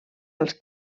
als